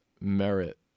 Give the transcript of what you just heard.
merit